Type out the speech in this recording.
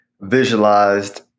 visualized